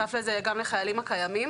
ובנוסף לזה גם לחיילים הקיימים.